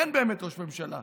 כי אין באמת ראש ממשלה.